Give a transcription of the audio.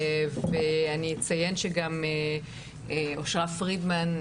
אני אציין שגם אושרה פרידמן,